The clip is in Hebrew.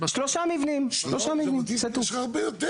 שלושה מבנים, זה הכל.